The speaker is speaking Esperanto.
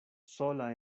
sola